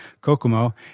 Kokomo